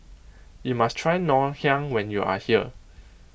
you must try Ngoh Hiang when you are here